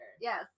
Yes